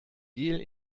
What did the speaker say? gel